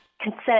consent